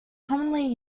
commonly